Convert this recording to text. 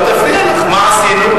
היא תחליף אותך עכשיו ותפריע לך,